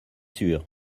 sûr